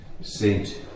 Saint